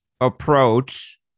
approach